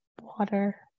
water